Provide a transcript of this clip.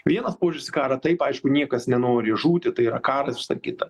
vienas požiūris į karą taip aišku niekas nenori žūti tai yra karas visa kita